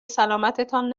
سلامتتان